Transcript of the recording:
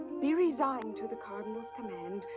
be resigned to the cardinal's command,